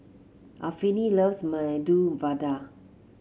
Anfernee loves Medu Vada